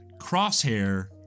crosshair